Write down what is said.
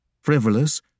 frivolous